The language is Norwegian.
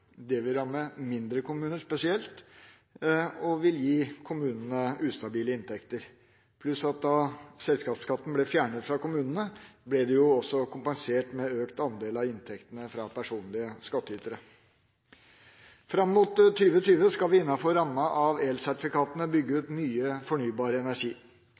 Det vil ramme mindre kommuner spesielt og gi kommunene ustabile inntekter. Da selskapsskatten ble fjernet fra kommunene, ble de jo også kompensert med økt andel av inntektene fra personlige skatteytere. Fram mot 2020 skal vi innenfor rammen av elsertifikatene bygge ut mye fornybar energi.